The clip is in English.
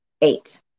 Eight